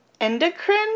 Endocrine